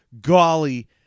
golly